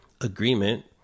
agreement